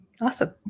awesome